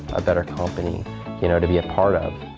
a better company you know to be a part of.